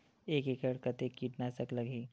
एक एकड़ कतेक किट नाशक लगही?